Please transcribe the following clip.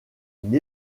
une